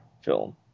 film